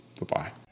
Bye-bye